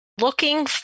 looking